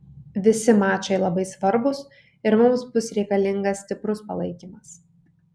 visi mačai labai svarbūs ir mums bus reikalingas stiprus palaikymas